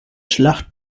schlacht